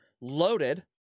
loaded